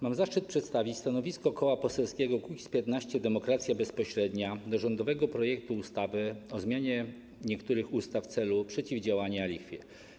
Mam zaszczyt przedstawić stanowisko Koła Poselskiego Kukiz’15 - Demokracja Bezpośrednia wobec rządowego projektu ustawy o zmianie niektórych ustaw w celu przeciwdziałania lichwie.